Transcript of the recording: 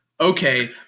Okay